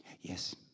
yes